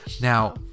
Now